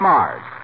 Mars